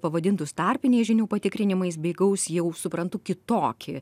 pavadintus tarpiniais žinių patikrinimais bei gaus jau suprantu kitokį